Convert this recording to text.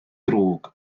drwg